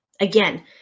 Again